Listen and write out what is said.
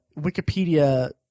Wikipedia